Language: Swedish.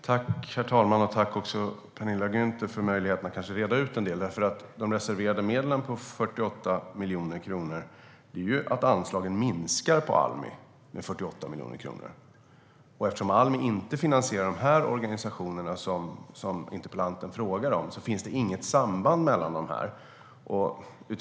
Herr talman! Jag tackar Penilla Gunther för att hon ger mig möjlighet att kanske reda ut en del. De reserverade medlen på 48 miljoner kronor innebär att anslagen till Almi minskar med 48 miljoner kronor. Eftersom Almi inte finansierar de organisationer som interpellanten frågar om finns det inget samband mellan dessa frågor.